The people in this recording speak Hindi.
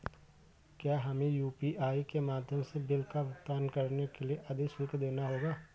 क्या हमें यू.पी.आई के माध्यम से बिल का भुगतान करने के लिए अधिक शुल्क देना होगा?